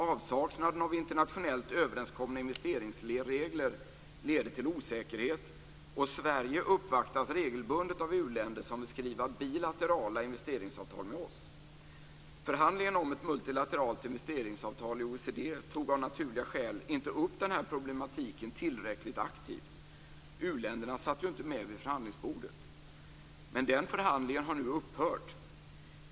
Avsaknaden av internationellt överenskomna investeringsregler leder till osäkerhet, och Sverige uppvaktas regelbundet av u-länder som vill skriva bilaterala investeringsavtal med oss. Under förhandlingarna om ett multilateralt investeringsavtal i OECD togs av naturliga skäl denna problematik inte upp tillräckligt aktivt. U-länderna satt ju inte med vid förhandlingsbordet. Men den förhandlingen har nu upphört.